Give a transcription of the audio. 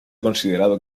considerado